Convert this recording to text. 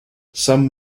some